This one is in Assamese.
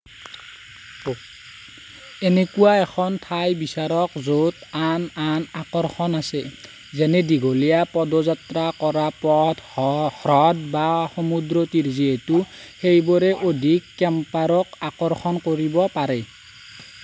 এনেকুৱা এখন ঠাই বিচাৰক য'ত আন আন আকৰ্ষণ আছে যেনে দীঘলীয়া পদযাত্ৰা কৰা পথ হ্ৰদ বা সমুদ্ৰতীৰ যিহেতু সেইবোৰে অধিক কেম্পাৰক আকৰ্ষণ কৰিব পাৰে